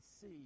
see